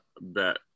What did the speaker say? bet